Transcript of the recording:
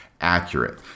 accurate